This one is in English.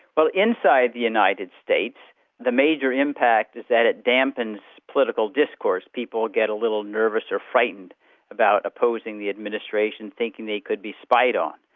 well inside the united states the major impact is that it dampens political discourse. people get a little nervous or frightened about opposing the administration thinking you could be spied on,